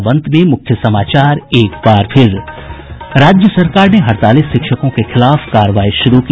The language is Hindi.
और अब अंत में मुख्य समाचार राज्य सरकार ने हड़ताली शिक्षकों के खिलाफ कार्रवाई शुरू की